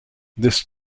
this